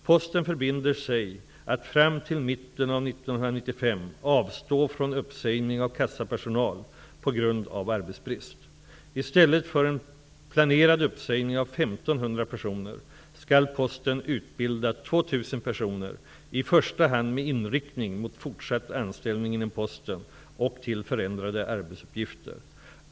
Posten förbinder sig att fram till mitten av 1995 avstå från uppsägning av kassapersonal på grund av arbetsbrist. I stället för en planerad uppsägning av 1 500 personer skall Posten utbilda 2 000 personer i första hand med inriktning mot fortsatt anställning inom Posten och till förändrade arbetsuppgifter.